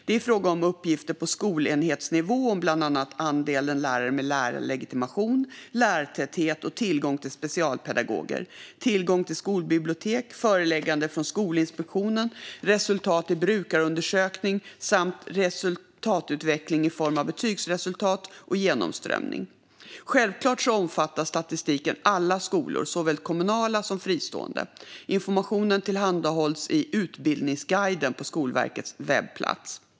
Det är fråga om uppgifter på skolenhetsnivå om bland annat andelen lärare med lärarlegitimation, lärartäthet och tillgång till specialpedagoger, tillgång till skolbibliotek, förelägganden från Skolinspektionen, resultat i brukarundersökningar samt resultatutveckling i form av betygsresultat och genomströmning. Självklart omfattar statistiken alla skolor, såväl kommunala som fristående. Informationen tillhandahålls i Utbildningsguiden på Skolverkets webbplats.